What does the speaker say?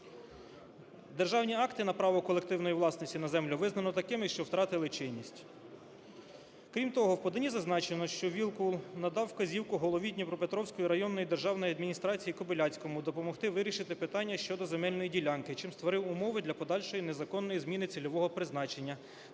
Державні акти на право колективної власності на землю визнано такими, що втратили чинність. Крім того, в поданні зазначено, що Вілкул надав вказівку голові Дніпропетровської районної державної адміністрації Кобиляцькому допомогти вирішити питання щодо земельної ділянки, чим створив умови для подальшої незаконної зміни цільового призначення